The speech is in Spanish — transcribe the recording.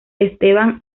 esteban